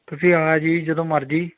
ਤੁਸੀਂ ਆ ਜਾਇਓ ਜੀ ਜਦੋਂ ਮਰਜ਼ੀ